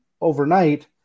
overnight